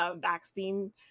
vaccine